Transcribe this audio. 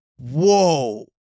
Whoa